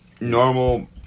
normal